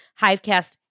Hivecast